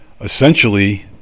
essentially